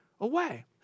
away